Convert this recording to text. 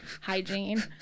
hygiene